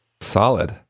solid